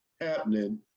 happening